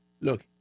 look